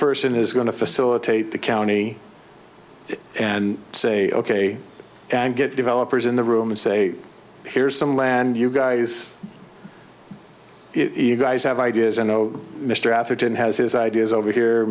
person is going to facilitate the county and say ok and get developers in the room and say here's some land you guys if you guys have ideas i know mr atherton has his ideas over here